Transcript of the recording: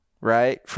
right